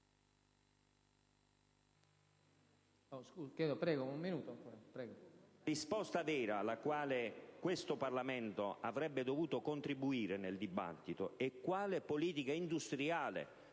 vera risposta, alla quale questo Parlamento avrebbe dovuto contribuire con il suo dibattito, è quale politica industriale